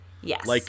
Yes